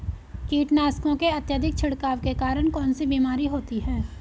कीटनाशकों के अत्यधिक छिड़काव के कारण कौन सी बीमारी होती है?